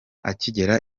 akigera